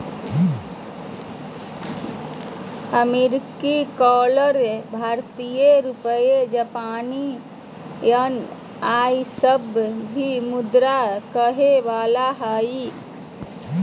अमेरिकी डॉलर भारतीय रुपया जापानी येन ई सब भी मुद्रा कहलाबो हइ